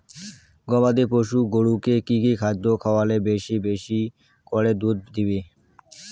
গবাদি পশু গরুকে কী কী খাদ্য খাওয়ালে বেশী বেশী করে দুধ দিবে?